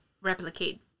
replicate